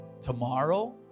tomorrow